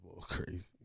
Crazy